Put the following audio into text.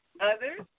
Others